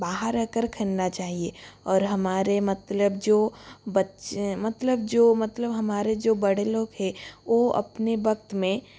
बाहर आकर खेलना चाहिए और हमारे मतलब जो बच्चे मतलब जो मतलब हमारे जो बड़े लोग हैं और अपने वक्त में